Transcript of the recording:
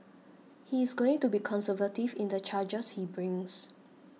he is going to be conservative in the charges he brings